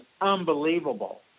unbelievable